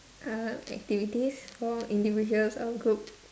uh activities for individuals or a group